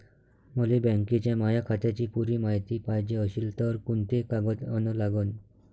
मले बँकेच्या माया खात्याची पुरी मायती पायजे अशील तर कुंते कागद अन लागन?